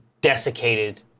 Desiccated